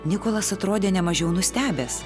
nikolas atrodė ne mažiau nustebęs